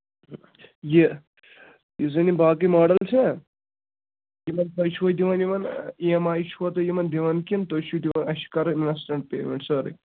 یہِ یُس زَن یہِ باقٕے ماڈَل چھِ یِمن تۄہہِ چھُوٕے دِوان یِمن ای ایم آی چھُوا تُہۍ یِمن دِوان کِنہٕ تُہۍ چھُو دِوان اَسہِ چھِ کَرٕنۍ اِنسٹنٛٹ پیمٮ۪نٛٹ سٲرٕے